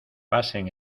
pasen